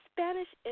Spanish